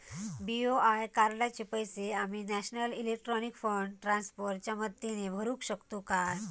BOI कार्डाचे पैसे आम्ही नेशनल इलेक्ट्रॉनिक फंड ट्रान्स्फर च्या मदतीने भरुक शकतू मा?